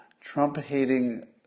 Trump-hating